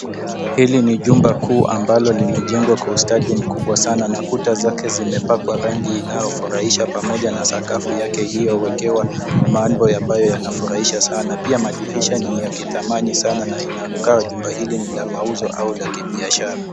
Hili ni jumba kuu ambalo limejengwa kwa ustadi mkubwa sana na kuta zake zimepakwa rangi inayofurahisha pamoja na sakafu yake iliyowekewa mambo ambayo yanafurahisha sana. Pia madirisha ni ya kithamani sana na inakaa jumba hili ni la mauzo au ni la kibiashara.